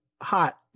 hot